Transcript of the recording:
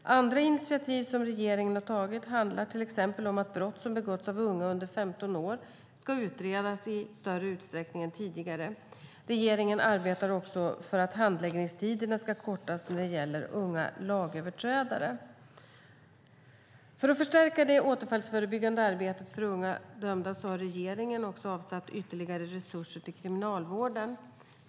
Andra initiativ som regeringen har tagit handlar till exempel om att brott som begåtts av unga under 15 år ska utredas i större utsträckning än tidigare. Regeringen arbetar också för att handläggningstiderna ska kortas när det gäller unga lagöverträdare. För att förstärka det återfallsförebyggande arbetet för unga dömda har regeringen avsatt ytterligare resurser till Kriminalvården.